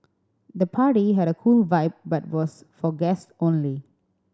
the party had a cool vibe but was for guests only